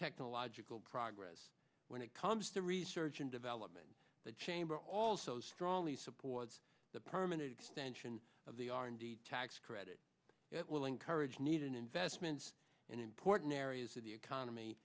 technological progress when it comes to research and development the chamber also strongly supports the permanent extension of the r and d tax credit it will encourage need an investment in important areas of the economy